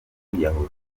kwiyahura